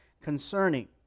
concerning